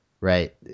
right